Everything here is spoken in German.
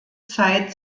zeit